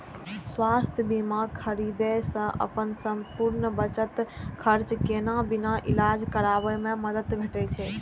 स्वास्थ्य बीमा खरीदै सं अपन संपूर्ण बचत खर्च केने बिना इलाज कराबै मे मदति भेटै छै